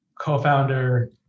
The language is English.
co-founder